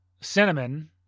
cinnamon